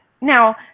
Now